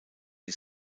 die